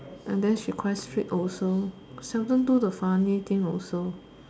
and then she quite strict also seldom do the funny thing also